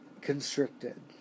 constricted